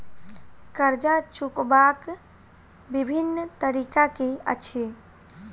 कर्जा चुकबाक बिभिन्न तरीका की अछि?